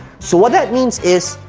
so, what that means is,